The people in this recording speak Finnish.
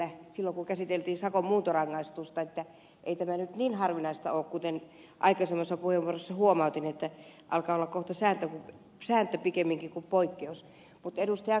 silloin kun käsiteltiin sakon muuntorangaistusta joten ei tämä nyt niin harvinaista ole vaan kuten aikaisemmassa puheenvuorossa huomautin se alkaa kohta olla sääntö pikemminkin kuin poikkeus